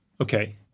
Okay